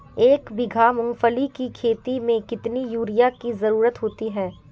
एक बीघा मूंगफली की खेती में कितनी यूरिया की ज़रुरत होती है?